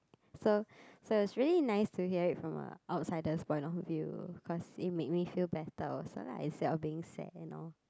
so so it's really nice to hear it from a outsider's point of view cause it made me feel better also lah instead of being sad and all